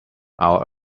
our